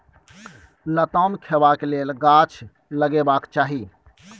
लताम खेबाक लेल गाछ लगेबाक चाही